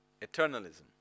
eternalism